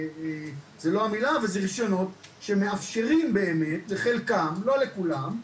זה לא המילה אבל אלו רישיונות שמאפשרים באמת לחלקם ולא לכולם,